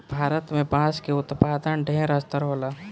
भारत में बांस के उत्पादन ढेर स्तर होला